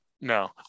No